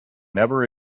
never